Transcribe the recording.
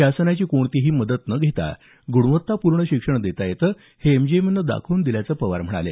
शासनाची कोणतीही मदत न घेता गुणवत्तापूर्ण शिक्षण देता येतं हे एमजीएमनं दाखवून दिल्याचं पवार म्हणाले